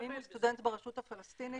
גם אם הוא סטודנט ברשות הפלסטינית,